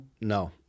No